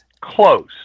close